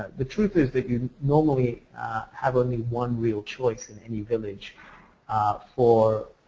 the truth is that you normally have only one real choice in any village for